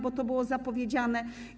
Bo to było zapowiedziane.